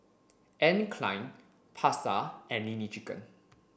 Anne Klein Pasar and Nene Chicken